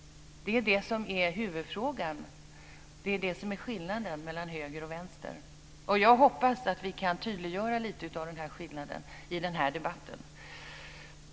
Detta är huvudfrågan, och detta är skillnaden mellan höger och vänster. Jag hoppas att vi kan tydliggöra lite av denna skillnad i den här debatten.